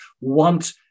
want